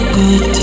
good